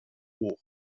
hoch